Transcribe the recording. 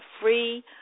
free